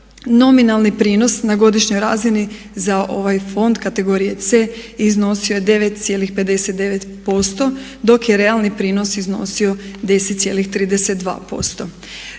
nominalni prinos na godišnjoj razini za ovaj fond kategorije C iznosio je 9,59% dok je realni prinos iznosio 10,32%.